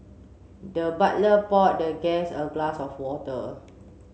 the butler poured the guest a glass of water